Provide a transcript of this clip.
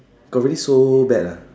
got really so bad ah